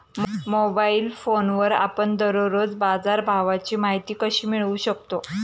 Mobile फोनवर आपण दररोज बाजारभावाची माहिती कशी मिळवू शकतो?